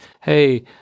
hey